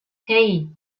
hey